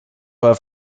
have